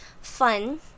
fun